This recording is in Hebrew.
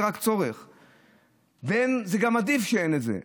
זה רק צורך, וגם עדיף שאין כזה.